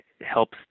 helps